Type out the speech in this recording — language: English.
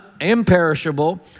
imperishable